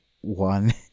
one